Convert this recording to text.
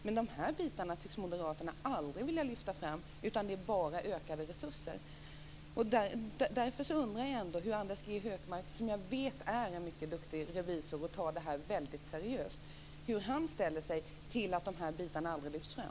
Men de bitarna tycks moderaterna aldrig vilja lyfta fram, utan det handlar bara om ökade resurser. Jag undrar därför hur Anders G Högmark - som jag vet är en mycket duktig revisor och som ser mycket seriöst på detta - ställer sig till att dessa bitar aldrig lyfts fram.